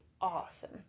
awesome